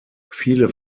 viele